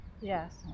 Yes